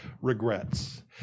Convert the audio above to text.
regrets